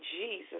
Jesus